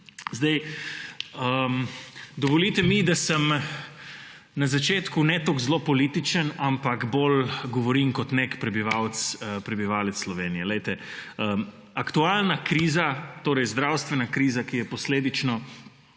Dovolite mi, da sem na začetku ne tako zelo političen, ampak bolj govorim kot nek prebivalec Slovenije. Poglejte, aktualna kriza, torej zdravstvena kriza, ki je posledično